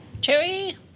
Cherry